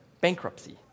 bankruptcy